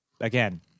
again